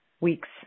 weeks